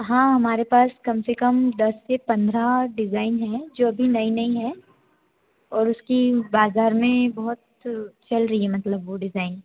हाँ हमारे पास कम से कम दस से पन्द्रह डिज़ाइन हैं जो अभी नई नई हैं और उसकी बाज़ार में बहुत चल रही है मतलब वो डिज़ाइन